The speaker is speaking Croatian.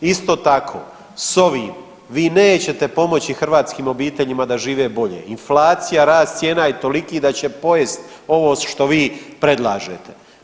Isto tako s ovim vi nećete pomoći hrvatskim obiteljima da žive bolje, inflacija i rast cijena je toliki da će pojest ovo što vi predlažete.